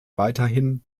weiterhin